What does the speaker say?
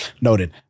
Noted